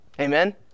Amen